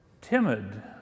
timid